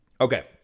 Okay